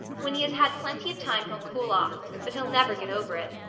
when he has had plenty of time he'll cool off but he'll never get over it.